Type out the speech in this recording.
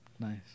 Nice